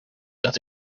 dat